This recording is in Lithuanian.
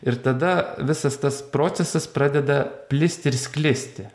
ir tada visas tas procesas pradeda plisti ir sklisti